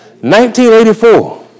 1984